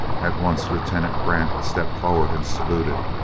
at once, lieutenant grant stepped forward and saluted.